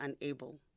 unable